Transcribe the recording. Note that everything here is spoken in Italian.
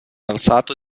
alzato